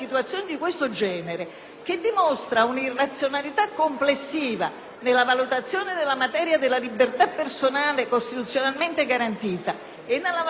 nella valutazione della materia della libertà personale costituzionalmente garantita e degli interessi delle vittime oltre che degli stessi indagati,